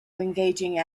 engaging